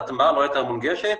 ההטמעה לא הייתה מונגשת,